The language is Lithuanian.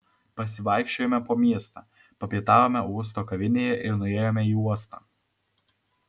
pasivaikščiojome po miestą papietavome uosto kavinėje ir nuėjome į uostą